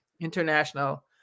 International